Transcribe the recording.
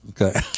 okay